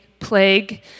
plague